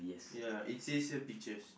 ya it says here peaches